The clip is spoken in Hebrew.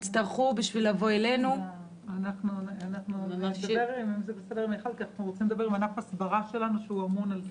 אנחנו רוצים לדבר עם ענף ההסברה שלנו שאמון על זה.